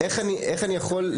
נכון.